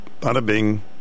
bada-bing